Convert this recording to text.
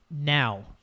now